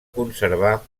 conservar